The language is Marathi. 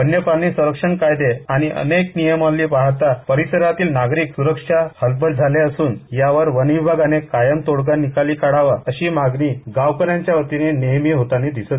वन्य प्राणी संरक्षण कायदे आणि अनेक नियमावली पाहता परिसरातील नागरिक सुरक्षा हतवल झाले असून यावर वनविभागाने कायम तोडगा काढावा अशी मागणी गावकऱ्यांकडून नेहमी होताना दिसते